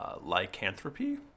Lycanthropy